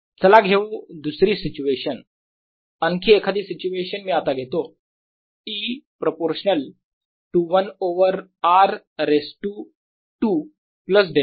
चला घेऊ दुसरी सिच्युएशन आणखी एखादी सिच्युएशन मी आता घेतो E proportional to 1 over r raised 2 plus delta